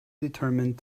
determined